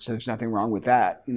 so there's nothing wrong with that.